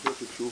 רשות התקשוב,